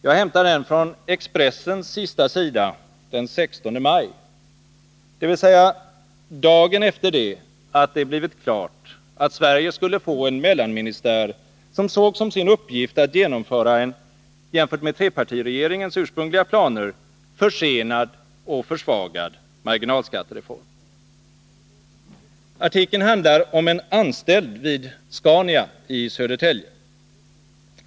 Jag hämtar den från Expressens sista sida den 16 maj, dvs. dagen efter det att det blivit klart att Sverige skulle få en mellanministär som såg som sin uppgift att genomföra en jämfört med trepartiregeringens ursprungliga planer försenad och försvagad marginalskattereform. Artikeln handlar om en anställd vid Scania i Södertälje.